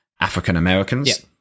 African-Americans